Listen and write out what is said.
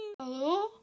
hello